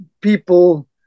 people